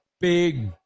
Big